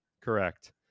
Correct